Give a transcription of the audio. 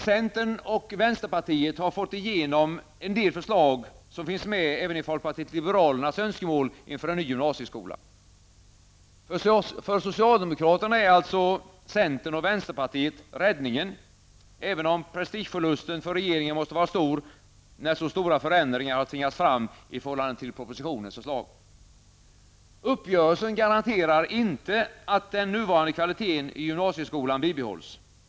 Centern och vänsterpartiet har fått igenom en del förslag, som finns med även i folkpartiet liberalernas önskemål, inför en ny gymnasieskola. För socialdemokraterna är alltså centern och vänsterpartiet räddningen, även om prestigeförlusten för regeringen måste vara stor, när så stora förändringar i förhållande till propositionens förslag har tvingats fram. Uppgörelsen garanterar inte att den nuvarande kvaliteten i gymnasiskolan bibehålls.